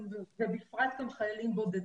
ובפרט גם חיילים בודדים.